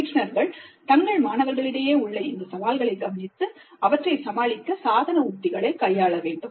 பயிற்றுனர்கள் தங்கள் மாணவர்களிடையே உள்ள இந்த சவால்களை கவனித்து அவற்றை சமாளிக்க சாதன உத்திகளை கையாள வேண்டும்